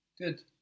Good